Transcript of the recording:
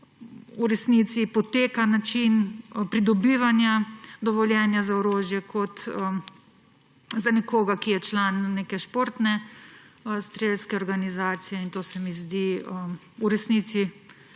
v resnici poteka način pridobivanja dovoljenja za orožje za nekoga, ki je član neke športne strelske organizacije. To se mi zdi v resnici